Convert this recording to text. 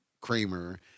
Kramer